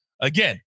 again